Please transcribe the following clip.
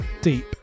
deep